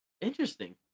Interesting